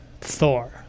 Thor